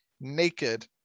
naked